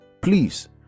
please